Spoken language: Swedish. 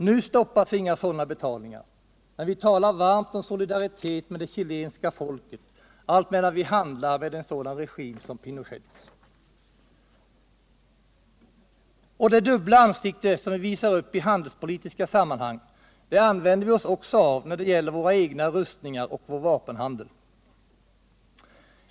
Nu stoppas inga sådana betalningar, men vi talar varmt om solidaritet med det chilenska folket alltmedan vi handlar med en sådan regim som Pinochets. Och det dubbla ansikte som vi visar upp i handelspolitiska sammanhang visar vi också när det gäller våra egna rustningar och vår vapenhandel.